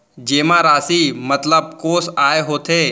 जेमा राशि मतलब कोस आय होथे?